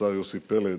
והשר יוסי פלד.